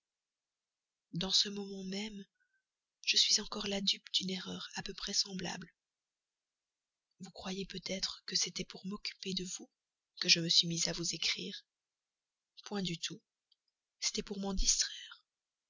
dans ce moment même je suis encore la dupe d'une erreur à peu près semblable vous croyez peut-être que c'était pour m'occuper de vous que je me suis mis à vous écrire point du tout c'était pour m'en distraire